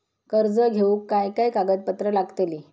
कर्ज घेऊक काय काय कागदपत्र लागतली?